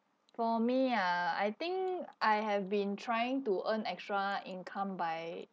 for me ah I think I have been trying to earn extra income by